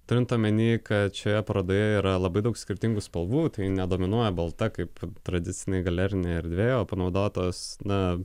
turint omeny kad šioje parodoje yra labai daug skirtingų spalvų tai nedominuoja balta kaip tradicinėj galerinėj erdvėj o panaudotos na